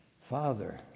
Father